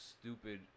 stupid